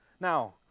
Now